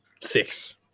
Six